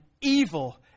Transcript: evil